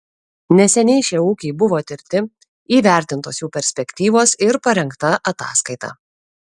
neseniai šie ūkiai buvo tirti įvertintos jų perspektyvos ir parengta ataskaita